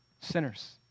sinners